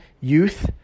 youth